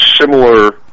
similar